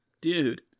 Dude